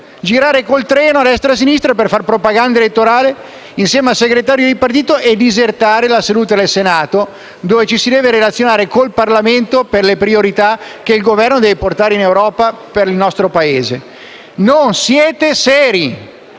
chiuse), a destra e sinistra per fare propaganda elettorale insieme al segretario del partito, disertando la seduta del Senato dove ci si deve relazionare con il Parlamento per le priorità che il Governo deve portare in Europa per il nostro Paese. Non siete seri.